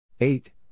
eight